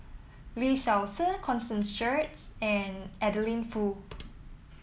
Lee Seow Ser Constance Sheares and Adeline Foo